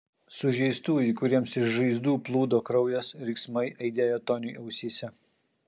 sužeistųjų kuriems iš žaizdų plūdo kraujas riksmai aidėjo toniui ausyse